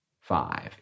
Five